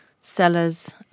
sellers